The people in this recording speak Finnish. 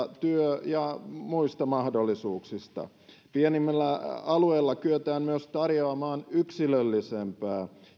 työ ja muista mahdollisuuksista pienimmillä alueilla kyetään myös tarjoamaan yksilöllisempää